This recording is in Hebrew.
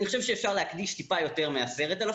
אני חושב שאפשר להקדיש טיפה יותר מ-10,000.